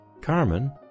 Carmen